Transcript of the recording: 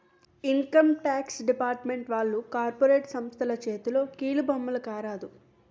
income tax department వాళ్లు corporate సంస్థల చేతిలో కీలుబొమ్మల కారాదు